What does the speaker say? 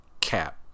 cap